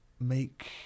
make